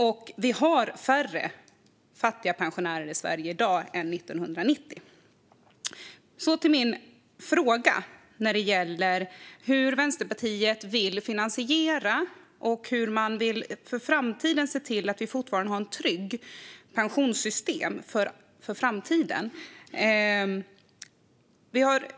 Och vi har färre fattiga pensionärer i Sverige i dag än 1990. Min fråga gäller hur Vänsterpartiet vill finansiera detta och hur man vill se till att vi fortfarande har ett tryggt pensionssystem för framtiden.